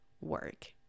work